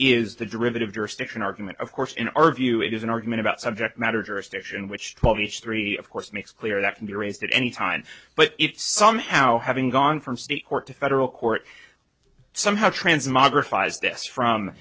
is the derivative jurisdiction argument of course in our view it is an argument about subject matter jurisdiction which twelve each three of course makes clear that can be raised at any time but if somehow having gone from state court to federal court somehow trans